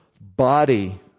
body